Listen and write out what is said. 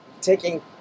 taking